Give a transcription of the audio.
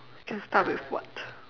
can start with what